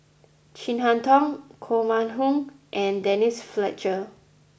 Chin Harn Tong Koh Mun Hong and Denise Fletcher